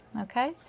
Okay